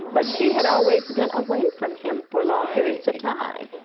but she had always been away from him for long periods of time.